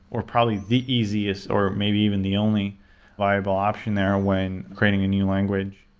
or probably the easiest, or maybe even the only viable option there when creating a new language.